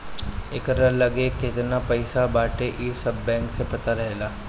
एकरा लगे केतना पईसा बाटे इ सब बैंक के पता रहेला